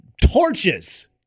torches